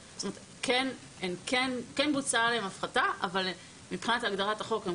כן בוצעה עליהן הפחתה אבל מבחינת הגדרת החוק הן